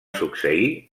succeir